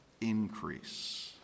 increase